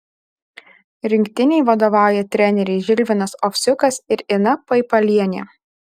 rinktinei vadovauja treneriai žilvinas ovsiukas ir ina paipalienė